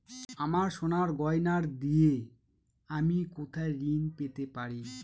আমার সোনার গয়নার দিয়ে আমি কোথায় ঋণ পেতে পারি?